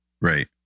Right